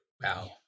Wow